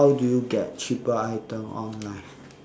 how do you get cheaper item online